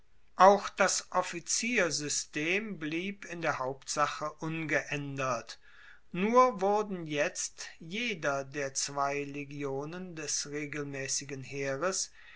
auch das offiziersystem blieb in der hauptsache ungeaendert nur wurden jetzt jeder der zwei legionen des regelmaessigen heeres